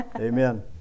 Amen